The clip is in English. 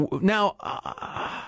now